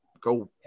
go